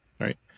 right